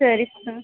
ಸರಿ ಹಾಂ